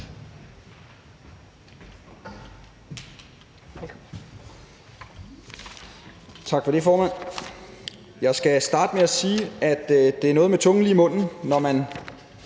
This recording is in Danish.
Tak for det, formand. Jeg skal jeg starte med at sige, at det er noget med at holde tungen lige i munden, når man